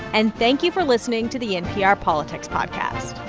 and thank you for listening to the npr politics podcast